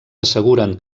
asseguren